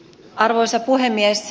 arvoisa puhemies